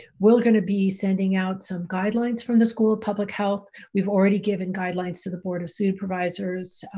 we're gonna be sending out some guidelines from the school of public health. we've already given guidelines to the board of supervisors